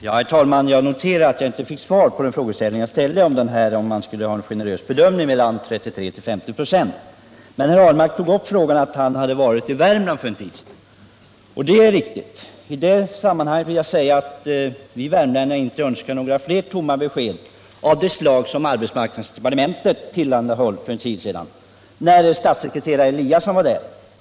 Herr talman! Jag noterar att jag inte fick svar på frågan om regeringen kommer att ha en generös bedömning i fråga om bidraget på 33 eller 50 26. Per Ahlmark sade att han hade varit i Värmland för en tid sedan. I det sammanhanget vill jag nämna att vi värmlänningar inte önskar fler tomma löften av det slag som arbetsmarknadsdepartementet tillhandahöll för en tid sedan, när statssekreterare Eliasson var i Värmland.